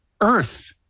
Earth